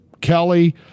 Kelly